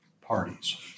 parties